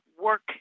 work